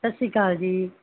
ਸਤਿ ਸ਼੍ਰੀ ਅਕਾਲ ਜੀ